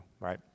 right